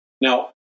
Now